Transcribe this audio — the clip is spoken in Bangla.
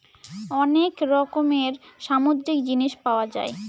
অনেক রকমের সামুদ্রিক জিনিস পাওয়া যায়